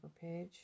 page